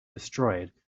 destroyed